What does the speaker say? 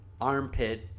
Armpit